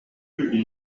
plus